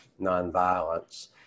nonviolence